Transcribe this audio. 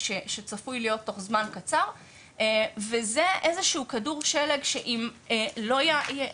שצפוי להיות תוך זמן קצר וזה איזה שהוא כדור שלג שאם לא יהיה